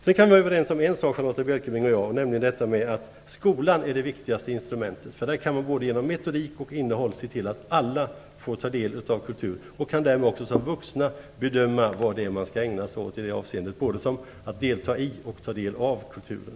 Vi kan vara överens om en sak, Charlotta Bjälkebring och jag, nämligen att skolan är det viktigaste instrumentet. Där kan man både genom metodik och innehåll se till att alla får ta del av kultur, så att de därmed också som vuxna kan bedöma vad man bör ägna sig åt i det avseendet när det gäller både att ta del i och ta del av kulturen.